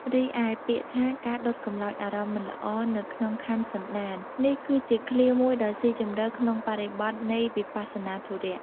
រីឯ ពាក្យថា "ការដុតកម្លោចអារម្មណ៍មិនល្អនៅក្នុងខន្ធសន្តាន" នេះគឺជាឃ្លាមួយដ៏ស៊ីជម្រៅក្នុងបរិបទនៃ វិបស្សនាធុរៈ។